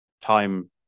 time